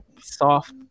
Soft